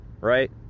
Right